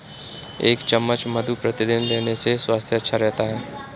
एक चम्मच मधु प्रतिदिन लेने से स्वास्थ्य अच्छा रहता है